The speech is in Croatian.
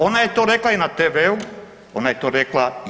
Ona je to rekla i na tvu, ona je to rekla sada.